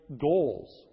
goals